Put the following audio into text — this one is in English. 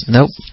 Nope